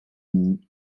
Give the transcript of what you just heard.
den